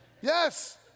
Yes